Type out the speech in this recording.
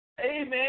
amen